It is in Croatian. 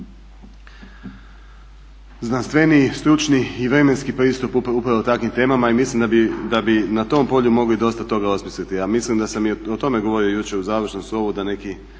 znanstveniji, stručniji i vremenski pristup upravo takvim temama i mislim da bi na tom polju mogli dosta toga osmisliti. A mislim da sam i o tome govorio jučer u završnom slovu da neki